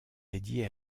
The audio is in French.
dédiés